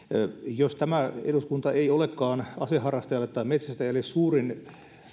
jos tämä eduskunta ei olekaan aseharrastajalle tai metsästäjälle suurin